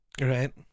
Right